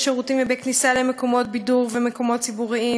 בשירותים ובכניסה למקומות בידור ולמקומות ציבוריים,